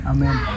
Amen